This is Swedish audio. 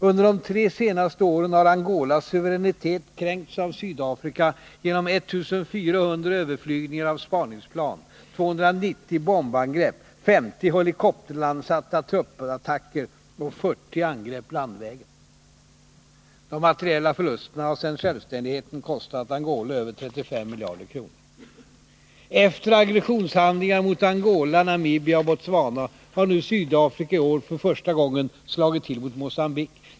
Under de tre senaste åren har Angolas suveränitet kränkts av Sydafrika genom 1 400 överflygningar av spaningsplan, 290 bombangrepp, 50 attacker av helikopterlandsatta trupper och 40 angrepp landvägen. De materiella förlusterna har sedan självständigheten kostat Angola över 35 miljarder kronor. Efter aggressionshandlingar mot Angola, Namibia och Botswana har nu Sydafrika i år också för första gången slagit till mot Mogambique.